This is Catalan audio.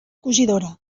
cosidora